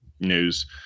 news